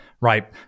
Right